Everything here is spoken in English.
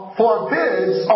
forbids